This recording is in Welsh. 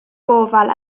gofal